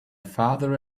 father